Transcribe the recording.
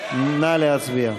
נא להצביע.